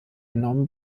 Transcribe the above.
enormen